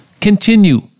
continue